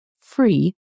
free